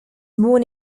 born